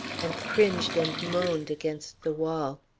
and cringed and moaned against the wall.